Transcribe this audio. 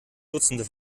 dutzende